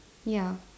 ya